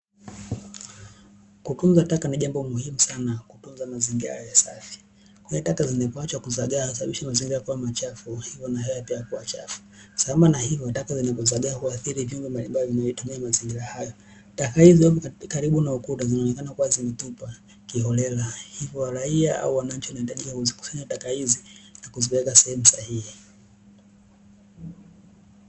Kutunza taka ni jambo muhimu sana kutunza mazingira yawe safi, kwani taka zinapoachwa kuzagaa zinasababisha mazingira yawe machafu hivyo na hewa pia kuwa chafu, sambamba na hivyo taka zenye kuzagaa huathiri viumbe mbalimbali vinavyotumia mazingira hayo. Taka hizo karibu na ukuta zinaonekana zimetupwa kiholela hivyo wananchi wanatakiwa kuzikusanya taka hizi na kuzipeleka sehemu sahihi.